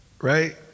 right